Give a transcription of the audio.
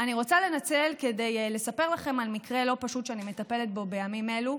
אני רוצה לנצל כדי לספר לכם על מקרה לא פשוט שאני מטפלת בו בימים אלו,